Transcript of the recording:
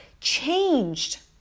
changed